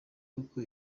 uko